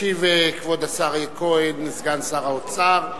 ישיב כבוד השר כהן, סגן שר האוצר,